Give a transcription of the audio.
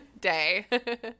Day